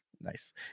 nice